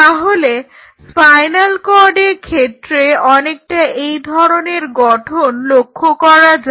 তাহলে স্পাইনাল কর্ডের ক্ষেত্রে অনেকটা একই ধরনের গঠন লক্ষ্য করা যায়